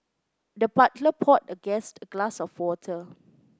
the butler poured the guest a glass of water